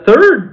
third